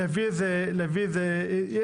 נקבע, תכף אני אגיד מה אני מציע.